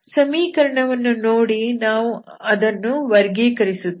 ಸಮೀಕರಣವನ್ನು ನೋಡಿ ನಾವು ಅದನ್ನು ವರ್ಗೀಕರಿಸುತ್ತೇವೆ